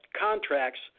contracts